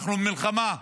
אנחנו במלחמה,